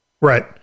Right